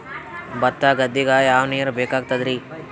ಭತ್ತ ಗದ್ದಿಗ ಯಾವ ನೀರ್ ಬೇಕಾಗತದರೀ?